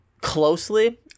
closely